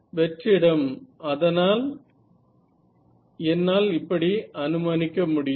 வெற்றிடம் அதனால் என்னால் இப்படி அனுமானிக்க முடியும்